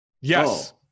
Yes